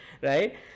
right